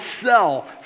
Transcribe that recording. sell